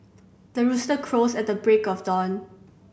the rooster crows at the break of dawn